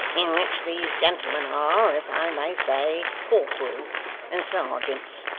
in which these gentlemen are, as i may say, corporals and serjeants.